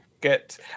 get